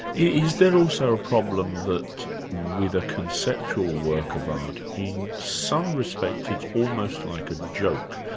is there also a problem that with a conceptual work of art in some respects it's almost like a joke.